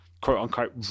quote-unquote